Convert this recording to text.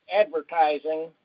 advertising